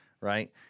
right